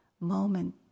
moment